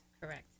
correct